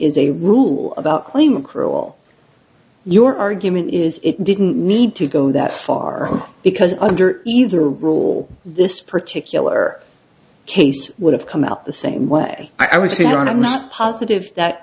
is a rule about claim a cruel your argument is it didn't need to go that far because under either rule this particular case would have come out the same way i would see it on i'm not positive that